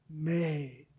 made